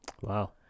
wow